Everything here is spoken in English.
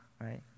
right